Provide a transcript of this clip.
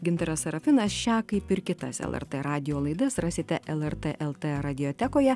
gintaras sarafinas šią kaip ir kitas lrt radijo laidas rasite lrt lt radiotekoje